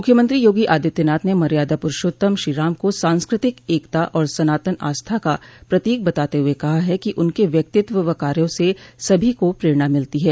मुख्यमंत्री योगी आदित्यनाथ ने मर्यादा पुरूषोत्तम श्रीराम को सांस्कृतिक एकता और सनातन आस्था का प्रतीक बताते हुए कहा है कि उनके व्यक्तित्व व कार्यो से सभी को प्रेरणा मिलती है